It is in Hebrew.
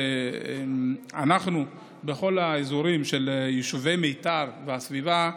אנחנו בכל האזורים של יישובי מיתר והסביבה,